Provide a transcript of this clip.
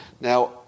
Now